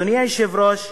אדוני היושב-ראש,